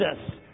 Jesus